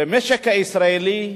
במשק הישראלי,